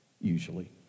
usually